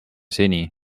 seni